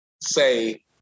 say